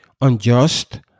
unjust